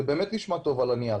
זה באמת נשמע טוב על הנייר,